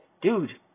dude